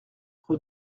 rue